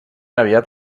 aviat